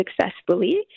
successfully